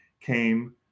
came